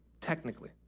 technically